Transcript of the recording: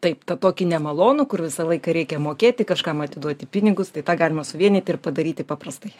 taip tokį nemalonų kur visą laiką reikia mokėti kažkam atiduoti pinigus tai tą galima suvienyti ir padaryti paprastai